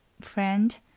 friend